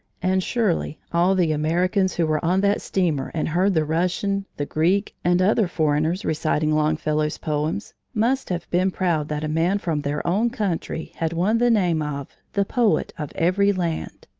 and surely all the americans who were on that steamer and heard the russian, the greek, and other foreigners reciting longfellow's poems must have been proud that a man from their own country had won the name of the poet of every land.